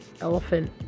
elephant